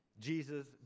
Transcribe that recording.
Jesus